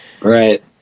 Right